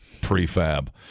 prefab